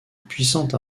puissante